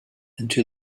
into